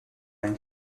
length